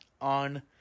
on